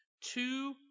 two